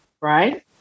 Right